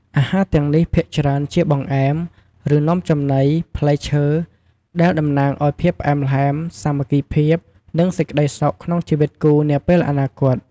អាហារទាំងនេះភាគច្រើនជាបង្អែម ឬនំចំណី ផ្លែឈើដែលតំណាងឲ្យភាពផ្អែមល្ហែម សាមគ្គីភាព និងសេចក្តីសុខក្នុងជីវិតគូរនាពេលអនាគត។